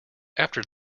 after